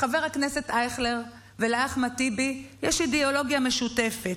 לחבר הכנסת אייכלר ולאחמד טיבי יש אידיאולוגיה משותפת: